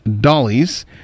dollies